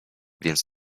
więc